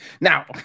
Now